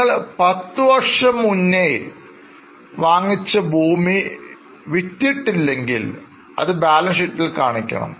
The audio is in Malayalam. നിങ്ങൾ 10 വർഷം മുന്നേ വാങ്ങിച്ച് ഭൂമി വിറ്റ് ഇട്ടില്ലെങ്കിൽ അത് ബാലൻസ് ഷീറ്റിൽകാണിക്കണം